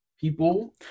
people